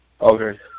Okay